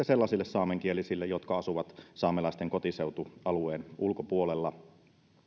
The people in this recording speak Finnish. sellaisille saamenkielisille jotka asuvat saamelaisten kotiseutualueen ulkopuolella